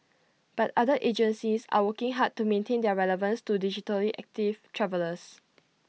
but other agencies are working hard to maintain their relevance to digitally active travellers